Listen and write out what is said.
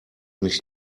nicht